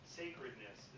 sacredness